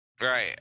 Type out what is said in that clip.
Right